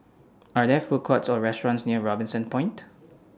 Are There Food Courts Or restaurants near Robinson Point